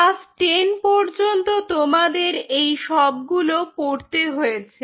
class ten পর্যন্ত তোমাদের এই সবগুলো পড়তে হয়েছে